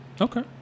Okay